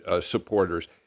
supporters